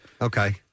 Okay